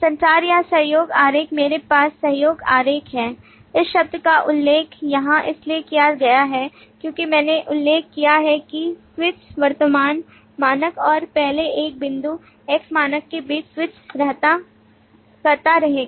संचार या सहयोग आरेख मेरे पास सहयोग आरेख है इस शब्द का उल्लेख यहां इसलिए किया गया है क्योंकि मैंने उल्लेख किया है कि स्विच वर्तमान मानक और पहले एक बिंदु x मानक के बीच स्विच करता रहेगा